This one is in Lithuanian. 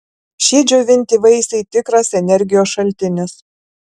šie džiovinti vaisiai tikras energijos šaltinis